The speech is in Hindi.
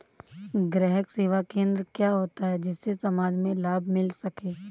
ग्राहक सेवा केंद्र क्या होता है जिससे समाज में लाभ मिल सके?